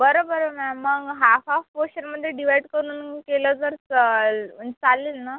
बरं बरं मॅम मग हाफ हाफ पोर्शनमध्ये डिवाइड करून केलं तर चालेल ना